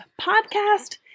Podcast